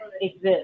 exist